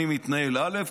אני מתנהל אל"ף,